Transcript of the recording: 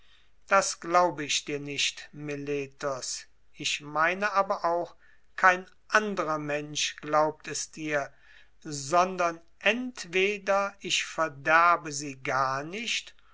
das glaube ich dir nicht meletos ich meine aber auch kein anderer mensch glaubt es dir sondern entweder ich verderbe sie gar nicht